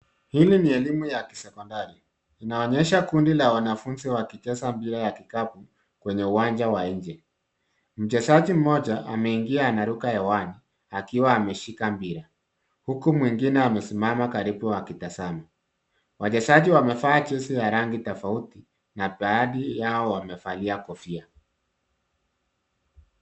Hili ni elimu ya kisekondari linaonyesha kundi la wanafunzi wakicheza mpira ya kikapu kwenye uwanja wa nje. Mchezaji mmoja ameingia anaruka hewani akiwa ameshika mpira huku mwingine amesimama karibu akitazama. Wachezaji wamevaa jezi ya rangi tofauti na baadhi yao wamevalia kofia.